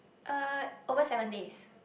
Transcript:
uh over seven days